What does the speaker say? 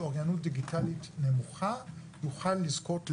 אוריינות דיגיטלית נמוכה יוכל לזכות לשירות,